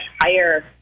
higher